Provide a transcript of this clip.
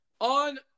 On